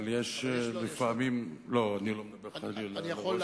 אבל יש לו יכולת, אני יכול להבטיח לך.